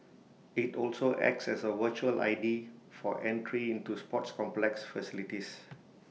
IT also acts as A virtual I D for entry into sports complex facilities